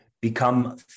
become